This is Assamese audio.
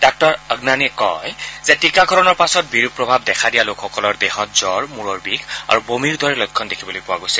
ডাঃ অগ্নানিয়ে কয় যে টীকাকৰণৰ পাছত বিৰূপ প্ৰভাৱ দেখা দিয়া লোকসকলৰ দেহত জুৰ মূৰৰ বিষ আৰু বমিৰ দৰে লক্ষণ দেখিবলৈ পোৱা গৈছে